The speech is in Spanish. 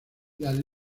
las